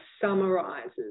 summarizes